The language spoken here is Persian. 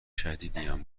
شدیدیم